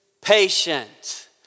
patient